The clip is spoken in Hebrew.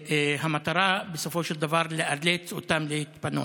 והמטרה, בסופו של דבר, לאלץ אותם להתפנות.